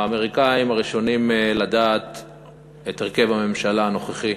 האמריקנים ראשונים לדעת את הרכב הממשלה הנוכחי,